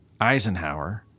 Eisenhower—